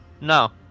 No